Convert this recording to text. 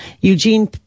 Eugene